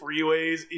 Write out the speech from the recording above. freeways